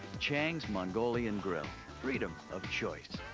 chang's mongolian grill freedom of choice.